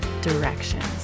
directions